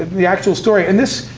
the actual story, and this,